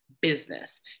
business